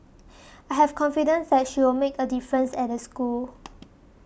I have confidence that she'll make a difference at the school